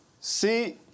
See